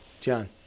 John